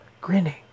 grinning